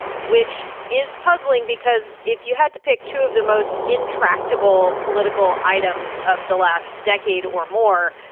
which is puzzling because if you had to pick two of the most intractable political items of the last decade or more,